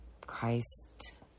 Christ